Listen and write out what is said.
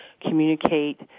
communicate